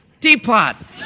Teapot